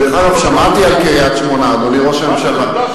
דרך אגב, שמעתי על קריית-שמונה, אדוני ראש הממשלה.